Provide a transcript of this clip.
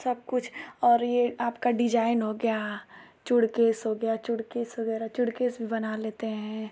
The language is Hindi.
सब कुछ और ये आपका डिजाइन हो गया चूड़ी केस हो गया चूड़ी केस वगैरह चूड़ी केस भी बना लेते हैं